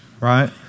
right